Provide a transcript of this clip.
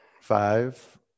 Five